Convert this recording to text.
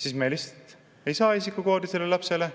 Siis nad lihtsalt ei saa isikukoodi sellele lapsele,